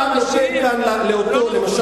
סליחה, זה לא נכון, זה לא נכון.